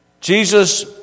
Jesus